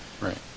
Right